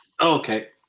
Okay